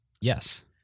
Yes